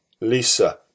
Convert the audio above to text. Lisa